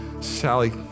Sally